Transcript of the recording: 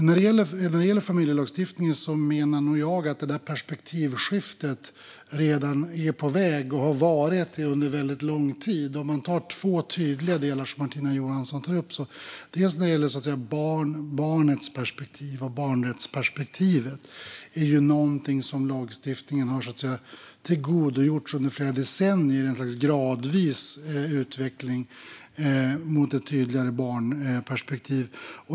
När det gäller familjelagstiftningen menar nog jag att det där perspektivskiftet redan är på väg och har varit det under väldigt lång tid. Låt oss ta två tydliga delar som Martina Johansson tar upp. Det första är barnets perspektiv och barnrättsperspektivet, som är någonting som lagstiftningen har tillgodogjorts under flera decennier i ett slags gradvis utveckling mot ett tydligare barnperspektiv.